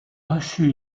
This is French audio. reçu